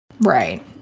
Right